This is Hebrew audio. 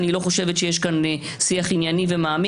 אני לא חושבת שיש כאן שיח ענייני ומעמיק.